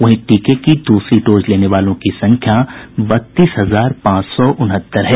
वहीं टीके की दूसरी डोज लेने वालों की संख्या बत्तीस हजार पांच सौ उनहत्तर है